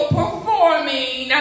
performing